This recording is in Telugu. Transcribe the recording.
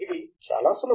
ఇది చాలా సులభం